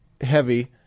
heavy